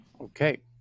Okay